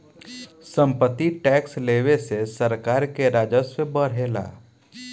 सम्पत्ति टैक्स लेवे से सरकार के राजस्व बढ़ेला